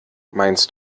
meinst